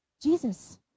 Jesus